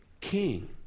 king